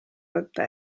mõte